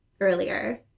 earlier